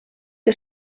que